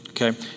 okay